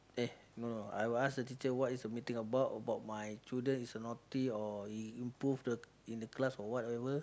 eh no no I'll ask the teacher what is the meeting about about my children is a naughty or he improve the in the class or whatever